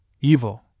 evil